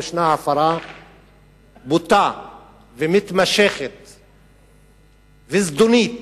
ישנה הפרה בוטה ומתמשכת וזדונית,